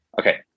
Okay